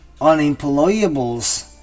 unemployables